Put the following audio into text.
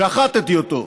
שחטתי אותו,